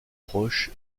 proche